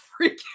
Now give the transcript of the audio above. freaking